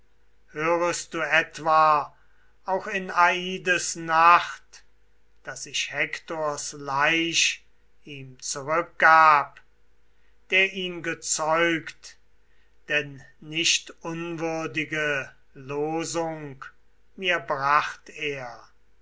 hörest du etwa auch in ades nacht daß ich hektors leich ihm zurückgab der ihn gezeugt denn nicht unwürdige lösung mir bracht er